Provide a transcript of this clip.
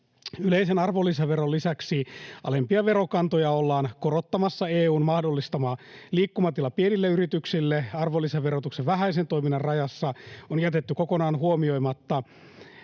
Yleisen arvonlisäveron lisäksi alempia verokantoja ollaan korottamassa. EU:n mahdollistama liikkumatila pienille yrityksille arvonlisäverotuksen vähäisen toiminnan rajassa on jätetty kokonaan huomioimatta,